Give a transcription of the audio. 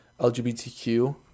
LGBTQ